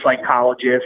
psychologist